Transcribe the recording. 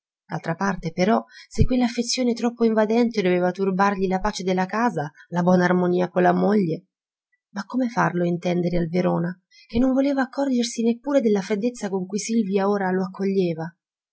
d'altra parte però se questa affezione troppo invadente doveva turbargli la pace della casa la buona armonia con la moglie ma come farlo intendere al verona che non voleva accorgersi neppure della freddezza con cui silvia ora lo accoglieva